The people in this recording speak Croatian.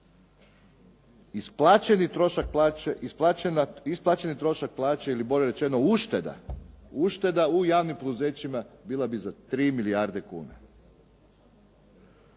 isplaćeni trošak plaće ili bolje rečeno ušteda u javnim poduzećima bila bi za 3 milijarde kuna.